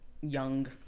young